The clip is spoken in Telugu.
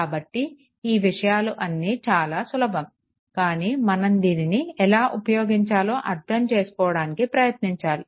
కాబట్టి ఈ విషయాలు అన్నీ చాలా సులభం కానీ మనం దీనిని ఎలా ఉపయోగించాలో అర్థం చేసుకోవడానికి ప్రయత్నించాలి